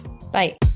bye